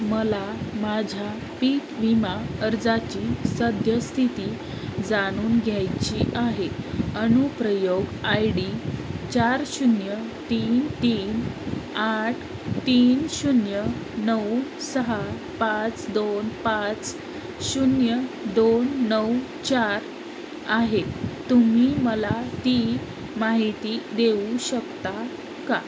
मला माझ्या पीक विमा अर्जाची सद्यस्थिती जाणून घ्यायची आहे अनुप्रयोग आय डी चार शून्य तीन तीन आठ तीन शून्य नऊ सहा पाच दोन पाच शून्य दोन नऊ चार आहेत तुम्ही मला ती माहिती देऊ शकता का